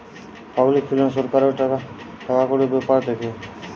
public finance সরকারের টাকাকড়ির বেপার দ্যাখে